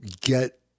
get